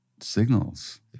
signals